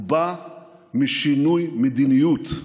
הוא בא משינוי מדיניות.